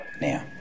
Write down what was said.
Now